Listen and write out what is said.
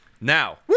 Now